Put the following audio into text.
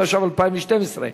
התשע"ב 2012,